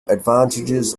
advantages